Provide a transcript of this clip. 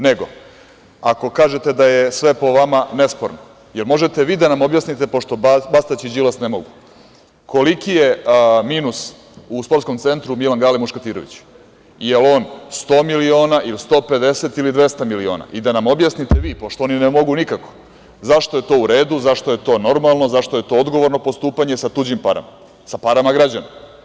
Nego, ako kažete da je sve po vama nesporno, da li možete vi da nam objasnite, pošto Bastać i Đilas ne mogu, koliki je minus u SC „Milan Gale Muškatirović“, da li je on 100 miliona, 150 ili 200 miliona i da nam objasnite vi, pošto oni ne mogu nikako, zašto je to u redu, zašto je to normalno, zašto je to odgovorno postupanje sa tuđim parama, sa parama građana?